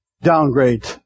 downgrade